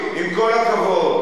עם כל הכבוד.